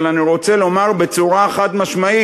אבל אני רוצה לומר בצורה חד-משמעית: